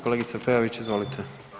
Kolegice Peović, izvolite.